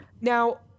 Now